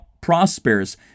prosperous